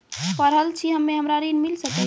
पढल छी हम्मे हमरा ऋण मिल सकई?